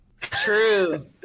True